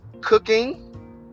cooking